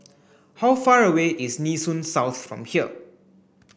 how far away is Nee Soon South from here